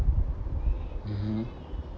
mmhmm